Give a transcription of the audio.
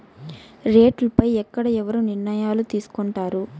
రేట్లు పై ఎక్కడ ఎవరు నిర్ణయాలు తీసుకొంటారు?